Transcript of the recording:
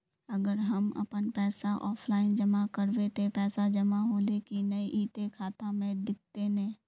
अगर हम अपन पैसा ऑफलाइन जमा करबे ते पैसा जमा होले की नय इ ते खाता में दिखते ने?